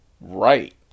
Right